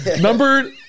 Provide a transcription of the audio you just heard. Number